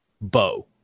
bow